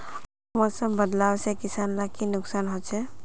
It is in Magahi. मौसम बदलाव से किसान लाक की नुकसान होचे?